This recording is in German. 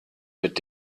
mit